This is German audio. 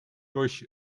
durch